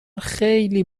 خیلی